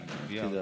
נכבדה,